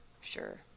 Sure